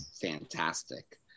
fantastic